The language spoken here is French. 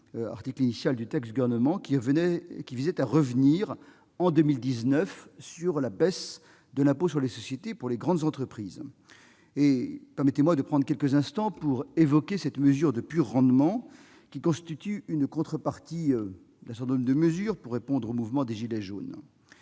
texte initial du Gouvernement, dont l'objet était de revenir, en 2019, sur la baisse de l'impôt sur les sociétés pour les grandes entreprises. Permettez-moi de prendre quelques instants pour évoquer cette mesure de pur rendement, qui constitue une contrepartie d'un certain nombre de dispositions prises pour répondre au mouvement des gilets jaunes.